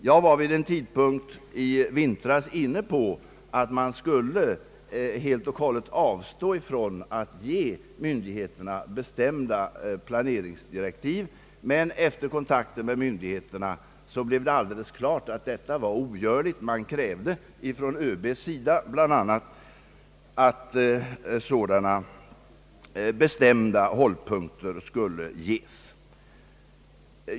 Jag var vid en tidpunkt i vintras inne på tanken att man helt skulle avstå från att ge myndigheterna bestämda planeringsdirektiv, men efter kontakter med myndigheterna blev det alldeles klart att detta var ogörligt. Bl. a. krävde ÖB att sådana bestämda hållpunkter skulle ges.